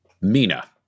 Mina